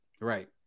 Right